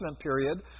period